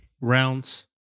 rounds